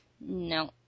No